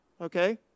Okay